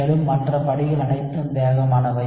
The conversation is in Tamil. மேலும் மற்ற படிகள் அனைத்தும் வேகமானவை